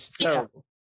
terrible